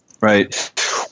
right